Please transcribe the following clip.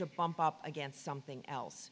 to bump up against something else